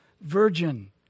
virgin